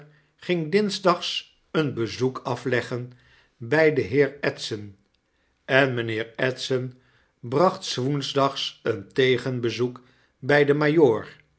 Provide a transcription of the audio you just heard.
ging dinsdags een bezoek afleggen by den heer edson en mijnheer edson bracht s woensdags een tegenbezoek bij den